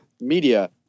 media